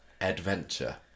adventure